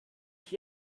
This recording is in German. ich